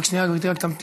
רק שנייה, גברתי רק תמתין